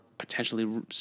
potentially